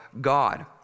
God